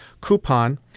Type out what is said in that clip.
coupon